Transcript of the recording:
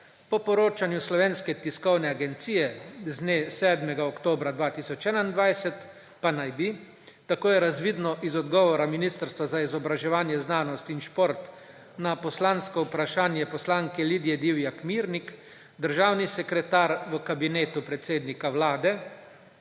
Po poročanju Slovenske tiskovne agencije z dne 7. oktobra 2021 pa naj bi, tako je razvidno iz odgovora Ministrstva za izobraževanje, znanost in šport na poslansko vprašanje poslanke Lidije Divjak Mirnik, državni sekretar v Kabinetu predsednika Vlade